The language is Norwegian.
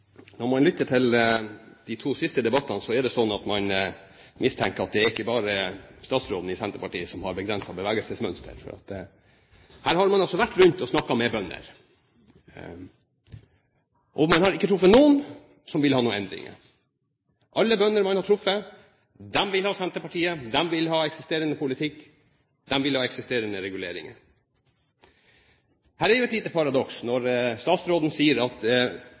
Når man lytter til de to siste debattene, er det sånn at man har mistanke om at det ikke bare er statsråden i Senterpartiet som har et begrenset bevegelsesmønster. Her har man vært rundt og snakket med bønder, og man har ikke truffet noen som vil ha endringer. Alle bøndene man har truffet, vil ha Senterpartiet, de vil ha eksisterende politikk og de vil ha eksisterende reguleringer. Det er et lite paradoks når statsråden sier at når det